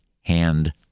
hand